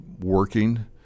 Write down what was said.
working